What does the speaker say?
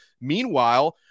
Meanwhile